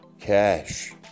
cash